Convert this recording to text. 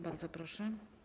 Bardzo proszę.